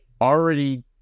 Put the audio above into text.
already